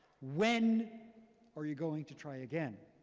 when are you going to try again?